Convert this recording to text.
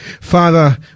Father